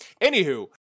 Anywho